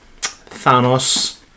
Thanos